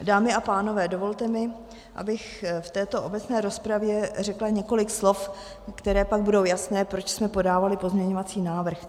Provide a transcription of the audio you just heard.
Dámy a pánové, dovolte mi, abych v této obecné rozpravě řekla několik slov, po kterých pak bude jasné, proč jsme podávali pozměňovací návrh.